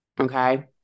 okay